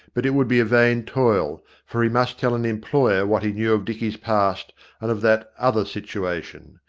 but it would be a vain toil, for he must tell an employer what he knew of dicky's past and of that other situation.